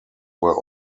were